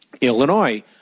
Illinois